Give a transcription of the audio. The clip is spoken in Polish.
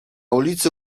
ulicy